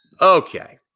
Okay